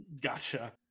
Gotcha